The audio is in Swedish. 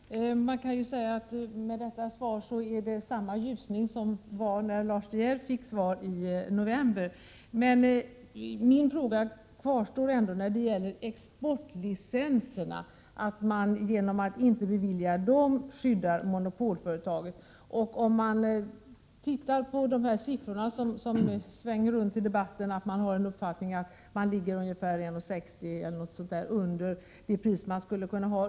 Herr talman! Man kan säga att efter det här svaret är det samma ljusning som när Lars De Geer fick svar i november. Min fråga kvarstår ändå då det gäller exportlicenserna. Genom att inte bevilja dem skyddar man monopolföretaget. Av de siffror som svänger runt i debatten framgår att man har uppfattningen att priset är ungefär 1:60 kr./kg lägre på den svenska marknaden.